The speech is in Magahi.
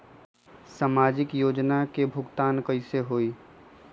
समाजिक योजना के भुगतान कैसे होई?